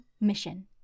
mission